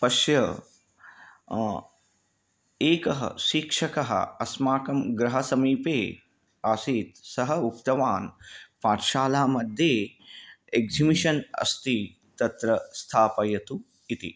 पश्य एकः शिक्षकः अस्माकं गृहसमीपे आसीत् सः उक्तवान् पाठशालामध्ये एक्झिमिशन् अस्ति तत्र स्थापयतु इति